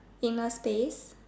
in a space